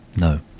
No